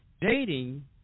dating